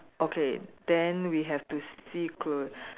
okay then we have to see cl~